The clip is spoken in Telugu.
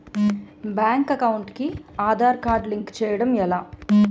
బ్యాంక్ అకౌంట్ కి ఆధార్ కార్డ్ లింక్ చేయడం ఎలా?